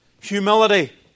Humility